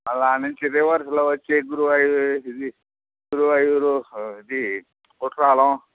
మళ్ళ ఆడ నుంచి రివర్సులో వచ్చి గురువాయీ ఇది గురువాయూరు ఇది కుట్రాలం